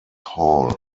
hall